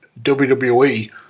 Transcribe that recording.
wwe